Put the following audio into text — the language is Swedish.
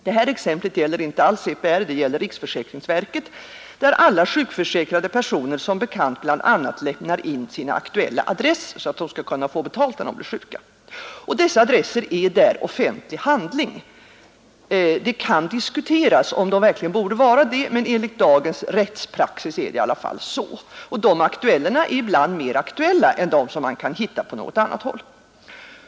Detta exempel gäller inte alls CPR, det gäller riksförsäkringsverket, där alla sjukförsäkrade personer som bekant bl.a. lämnar in sina aktuella adresser, så att de skall kunna få betalt när de blir sjuka. Dessa adresser är där offentlig handling. Det kan diskuteras om de bör vara det, men enligt dagens rättspraxis är det i alla fall så. Dessa adresser är i vissa fall mer aktuella än de som man kan hitta på annat håll.